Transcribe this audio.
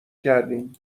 کردیم